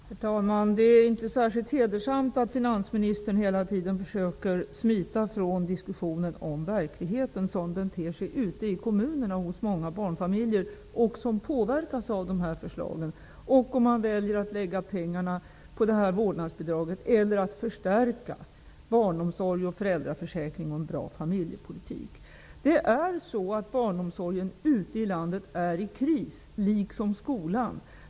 Herr talman! Det är inte särskilt hedersamt att finansministern hela tiden försöker smita från diskussionen om verkligheten, som den ter sig ute i kommunerna och hos många barnfamiljer. Den påverkas av dessa förslag, om man väljer att lägga pengarna på det här vårdnadsbidraget eller på att förstärka barnomsorg och föräldraförsäkring och en bra familjepolitik. Barnomsorgen ute i landet är i kris, liksom skolan.